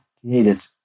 created